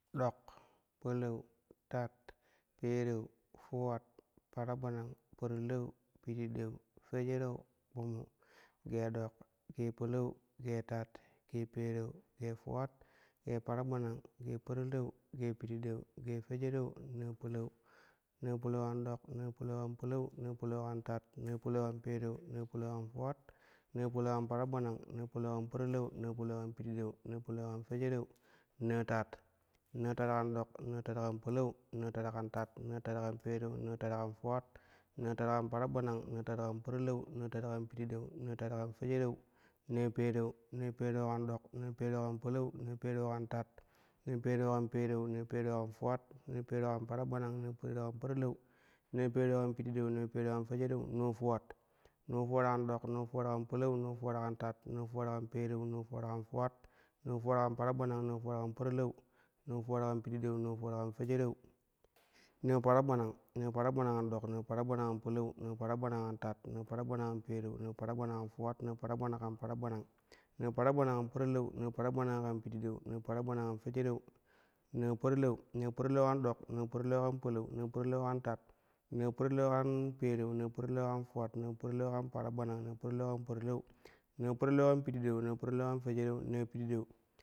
Ɗok, palau, tat, pereu, fuwat, paragbanang, parilau, pididau, fejereu, kpumu. Gee dok, gee palau, gee tat, gee pereu, gee fuwat, gee paragbanang, gee parilau, gee pididau, gee fejereu, naa palau. Naa palau kan dok, naa palau kan palau, naa palau kan tat, naa palau kan pereu, naa palau kan fuwat, naa palau kan paragbanang, naa palau kan parilau, naa palau kan pididau, naa palau kan fejereu, naa tat. Naa tat kan dok, naa tat kan palau, naa tat kan tat, naa tat kan pereu, naa tat kan fuwat, naa tat kan paragbanang, naa tat kan parilau, naa tat kan pididau, naa tat kan fejereu, nee pereu. Naa pereu kan dok, naa pereu kan palau, naa pereu kan tat, naa pereu kan pereu, naa pereu kan fuwat, naa pereu kan paragbanang, naa pereu kan parilau, naa pereu kan pididau, naa pereu kan fejereu, naa fuwat. Naa fuwat kan ɗok, naa fuwat kan palau, naa fuwat kan tat, naa fuwat kan pereu, naa fuwat kan fuwat, naa fuwat kan paragbanang, naa fuwat kan parilau, naa fuwat kan pididau, naa fuwat kan fejereu, naa paragbanang. Naa paragbanang kan dok, naa paragbanang kan palau, naa paragbanang kan tat, naa paragbanang kan pereu, naa paragbanang kan fuwat, naa paragbanang kan paragbanang, naa paragbanang kan parilau, naa paragbanang kan pididau, naa paragbanang kan fejereu, naa parilau. Naa parilau kan ɗok, naa parilau kan palau, naa parilau kan tat, naa parilau kan pereu, naa parilau kan fuwat, naa parilau kan paragbanang, naa parilau kan parilau, naa parilau kan pididau, naa parilau kan fejereu, naa pididau.